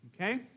Okay